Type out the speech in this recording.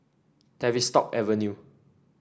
Tavistock Avenue